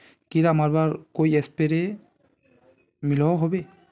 कीड़ा मरवार कोई स्प्रे मिलोहो होबे?